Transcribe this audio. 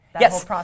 Yes